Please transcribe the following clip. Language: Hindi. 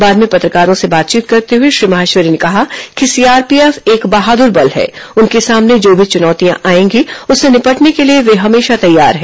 बाद में पत्रकारों से बातचीत करते हुए श्री माहेश्वरी ने कहा कि सीआरपीएफ एक बहादुर बल है उसके सामने जो भी चुनौतियां आएंगी उससे निपटने के लिए वे हमेशा तैयार हैं